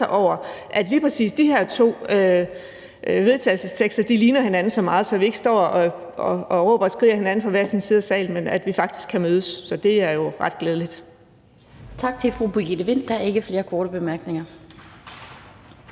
over, at lige præcis de her to vedtagelsestekster ligner hinanden så meget, at vi ikke står og råber og skriger ad hinanden fra hver sin side af salen, men at vi faktisk kan mødes. Så det er jo ret glædeligt. Kl. 17:18 Den fg. formand (Annette Lind): Tak til fru Birgitte Vind. Der er ikke flere korte bemærkninger.